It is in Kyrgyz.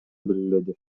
белгиледи